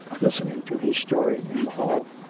listening to his story in the hall,